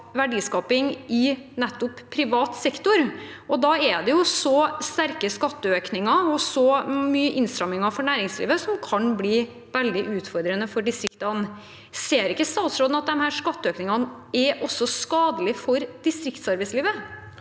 verdiskaping i nettopp privat sektor, og da kan så sterke skatteøkninger og så mye innstramminger for næringslivet bli veldig utfordrende for distriktene. Ser ikke statsråden at disse skatteøkningene også er skadelige for distriktsarbeidslivet?